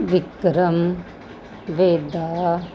Vikram Vedha